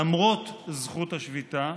למרות זכות השביתה,